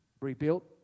Rebuilt